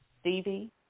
stevie